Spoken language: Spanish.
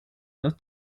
dos